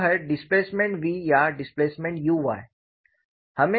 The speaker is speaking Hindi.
वह है डिस्प्लेसमेंट v या डिस्प्लेसमेंट u y